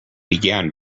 began